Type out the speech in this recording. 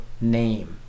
name